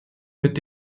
mit